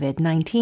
COVID-19